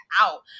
out